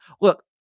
look